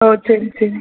ஓ சரி சரி